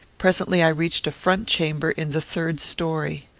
presently i reached a front chamber in the third story.